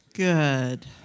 Good